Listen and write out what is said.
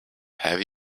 have